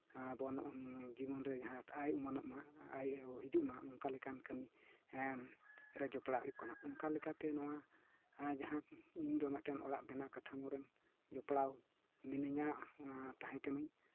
ᱟᱵᱚ ᱱᱚᱣᱟ ᱡᱤᱵᱚᱱᱨᱮ ᱡᱟᱦᱟᱸ ᱟᱭ ᱩᱢᱟᱹᱱᱚᱜᱼᱢᱟ ᱦᱤᱡᱩᱜ ᱢᱟ ᱚᱱᱠᱟ ᱞᱮᱠᱟᱱ ᱠᱟ ᱢᱤ ᱨᱮ ᱡᱚᱯᱲᱟᱜ ᱦᱩᱭᱩᱜ ᱠᱟᱱᱟ ᱚᱱᱠᱟ ᱞᱮᱠᱟᱛᱮ ᱡᱟᱦᱟᱸ ᱤᱧ ᱫᱚ ᱢᱤᱫᱴᱮᱱ ᱚᱲᱟᱜ ᱵᱮᱱᱟᱣ ᱠᱟᱴᱷᱟᱢᱳ ᱨᱮᱱ ᱡᱚᱯᱲᱟᱣ ᱢᱤᱱᱤᱧᱟ ᱟᱨ ᱛᱟᱦᱮᱸ ᱠᱟᱹᱱᱟᱹᱧ